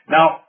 Now